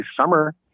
summer